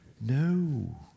No